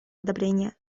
одобрения